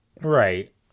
right